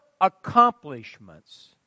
accomplishments